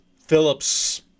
Phillips